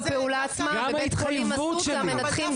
--- בפעולה עצמה בבית חולים אסותא מנתחים